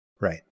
Right